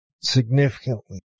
significantly